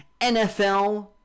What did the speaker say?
NFL